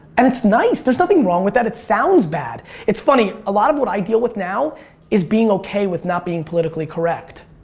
and it's nice. there's nothing wrong with that. it sounds bad. it's funny, a lot of what i deal with now is being okay with not being politically correct,